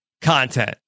content